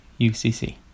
UCC